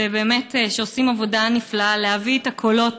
שבאמת עושים עבודה נפלאה להביא את הקולות